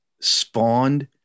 spawned